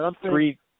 three